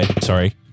sorry